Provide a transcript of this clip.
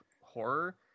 horror